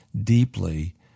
deeply